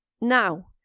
Now